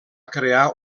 crear